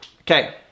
Okay